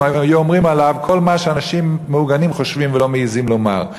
היה אומר עליהם כל מה שאנשים מהוגנים חושבים ולא מעזים לומר.